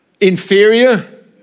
inferior